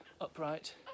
upright